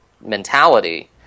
mentality